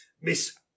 Miss